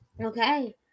Okay